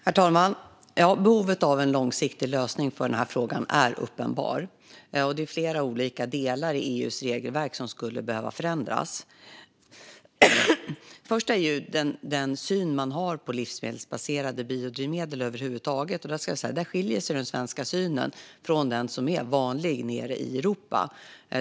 Herr talman! Behovet av en långsiktig lösning i den här frågan är uppenbart. Det är flera olika delar i EU:s regelverk som skulle behöva förändras. Den första är den syn man har på livsmedelsbaserade biodrivmedel över huvud taget. Där skiljer sig den svenska synen från den som är vanlig nere i Europa.